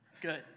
good